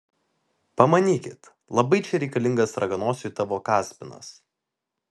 pamanykit labai čia reikalingas raganosiui tavo kaspinas